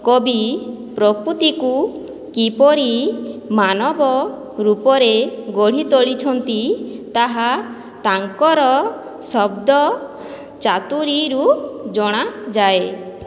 କବି ପ୍ରକୃତିକୁ କିପରି ମାନବ ରୂପରେ ଗଢ଼ିତୋଳିଛନ୍ତି ତାହା ତାଙ୍କର ଶବ୍ଦ ଚାତୁରୀରୁ ଜଣାଯାଏ